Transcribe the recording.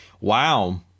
wow